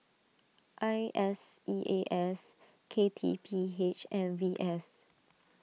I S E A S K T P H and V S